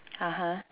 (uh huh)